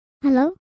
Hello